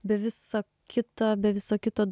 be visa kita be viso kito